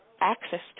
access